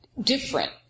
different